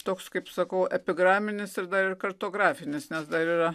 toks kaip sakau epigramomis ir dar ir kartografinis nes dar yra